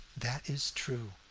that is true,